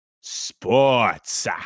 sports